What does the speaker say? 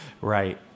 Right